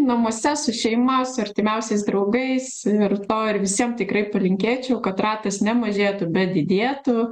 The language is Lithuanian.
namuose su šeima su artimiausiais draugais ir to ir visiem tikrai palinkėčiau kad ratas nemažėtų bet didėtų